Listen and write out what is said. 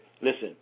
listen